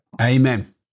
amen